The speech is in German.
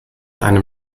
einem